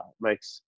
makes